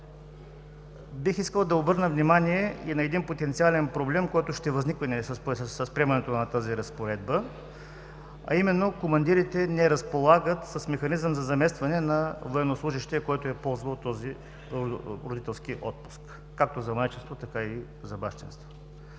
Бих искал да обърна внимание и на един потенциален проблем, който ще възникне с приемането на тази разпоредба, а именно командирите не разполагат с механизъм за заместване на военнослужещия, който е ползвал този родителски отпуск – както за майчинство, така и за бащинство.